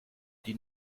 die